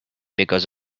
because